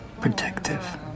protective